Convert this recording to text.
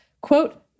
quote